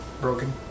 broken